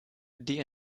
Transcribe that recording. die